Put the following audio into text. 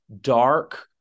dark